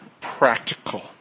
practical